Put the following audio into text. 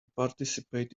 participate